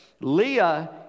Leah